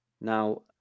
Now